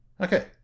Okay